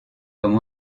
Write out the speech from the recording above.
comme